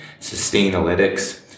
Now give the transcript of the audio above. Sustainalytics